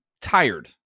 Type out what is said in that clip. tired